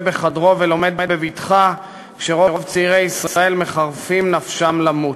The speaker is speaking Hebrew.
בחדרו ולומד בבטחה כשרוב צעירי ישראל מחרפים נפשם למות,